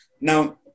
now